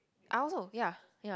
I also okay ah ya